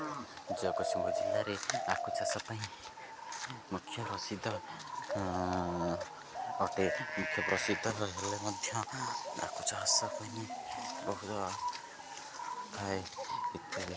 ଜଗତସିଂହପୁର ଜିଲ୍ଲାରେ ଆଖୁ ଚାଷ ପାଇଁ ମୁଖ୍ୟ ପ୍ରସିଦ୍ଧ ଅଟେ ମୁଖ୍ୟ ପ୍ରସିଦ୍ଧ ହେଲେ ମଧ୍ୟ ଆଖୁ ଚାଷ ପାଇଁ ବହୁତ ଥାଏ ଇତ୍ୟାଦି